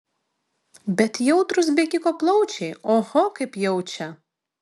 bet jautrūs bėgiko plaučiai oho kaip jaučia